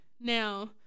now